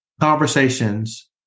conversations